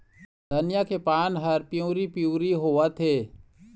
धनिया के पान हर पिवरी पीवरी होवथे?